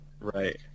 right